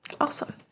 Awesome